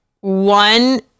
One